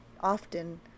often